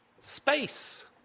space